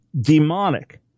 demonic